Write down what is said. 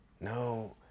No